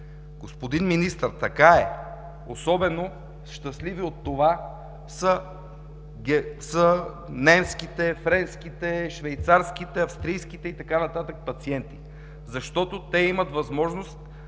Господин Министър, така е. Особено щастливи от това са немските, френските, швейцарските, австрийските и така нататък пациенти, защото те имат възможност